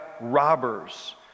robbers